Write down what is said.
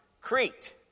Crete